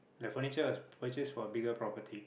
that furniture was purchased for a bigger property